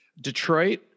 Detroit